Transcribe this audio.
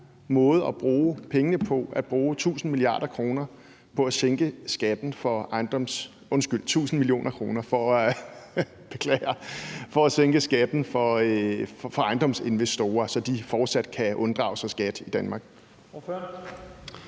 måde at bruge pengene på, altså at bruge 1.000 mio. kr. på at sænke skatten for ejendomsinvestorer, så de fortsat kan unddrage sig skat i Danmark.